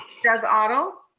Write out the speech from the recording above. doug otto.